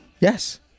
Yes